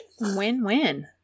Win-win